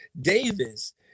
Davis